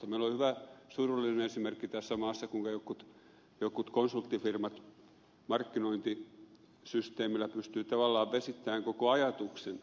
meillä on hyvä surullinen esimerkki tässä maassa kuinka jotkut konsulttifirmat markkinointisysteemillä pystyvät tavallaan vesittämään koko ajatuksen